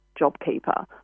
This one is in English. JobKeeper